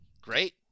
Great